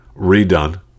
redone